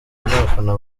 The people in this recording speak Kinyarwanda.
n’abafana